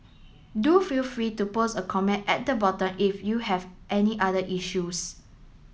do feel free to post a comment at the bottom if you have any other issues